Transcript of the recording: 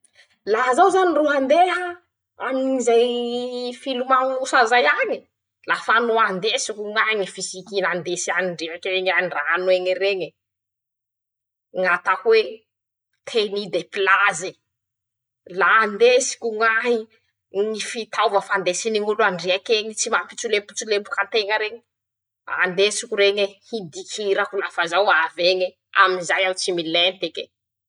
Laha zaho zany ro handeha amin'izay filimañosa zay añy:- lafa no andesiko ñahy ñy fisikina andesy andriak'eñy andrano eñy reñe, ñatao hoe teny depilage, la andesiko ñahy, ñy fitaova fandesiny ñ'olo andriak'eñy tsy mampitsolepotsolepoky anteña reñy, andesiko reñe hidikirako lafa zaho avy eñe, am'izay aho tsy milentike.